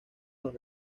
los